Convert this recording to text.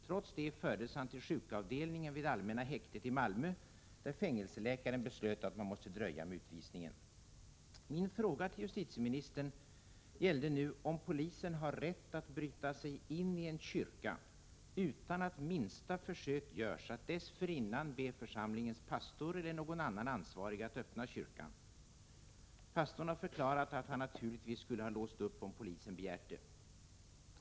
Trots det fördes han till sjukavdelningen vid allmänna häktet i Malmö, där fängelseläkaren beslöt att man måste dröja med utvisningen. Min fråga till justitieministern gällde om polisen har rätt att bryta sig ini en kyrka utan att minsta försök görs att dessförinnan be församlingens pastor eller någon annan ansvarig att öppna kyrkan. Pastorn har förklarat att han naturligtvis skulle ha låst upp, om polisen begärt det.